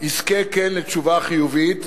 יזכה לתשובה חיובית,